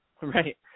right